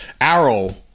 arrow